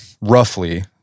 roughly